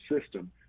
system